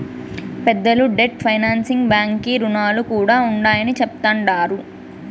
పెద్దలు debt financing బాంకీ రుణాలు కూడా ఉండాయని చెప్తండారు